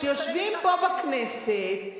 שיושבים פה בכנסת,